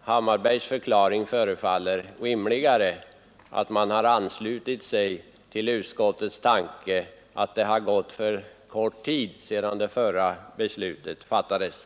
Herr Hammarbergs förklaring förefaller rimligare, nämligen att man har anslutit sig till utskottets tanke att alltför kort tid gått sedan det förra beslutet fattades.